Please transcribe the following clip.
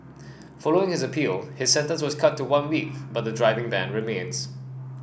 following his appeal his sentence was cut to one week but the driving ban remains